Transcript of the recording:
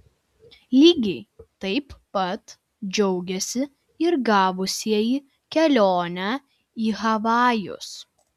lygiai taip pat džiaugėsi ir gavusieji kelionę į havajus